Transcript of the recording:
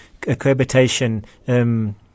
cohabitation